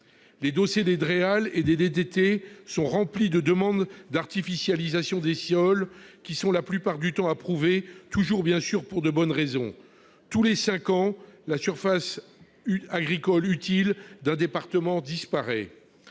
Les dossiers des Dreal et des DDT sont remplis de demandes d'artificialisation des sols, qui sont la plupart du temps approuvées, toujours pour de bonnes raisons ... Ainsi, tous les cinq ans, la surface agricole utile équivalente à un département disparaît